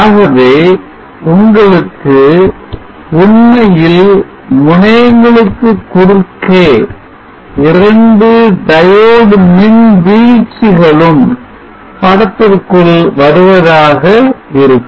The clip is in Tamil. ஆகவே உங்களுக்கு உண்மையில் முனையங்களுக்கு குறுக்கே இரண்டு diode மின்வீழ்ச்சிகளும் படத்திற்குள் வருவதாக இருக்கும்